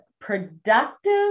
productive